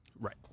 Right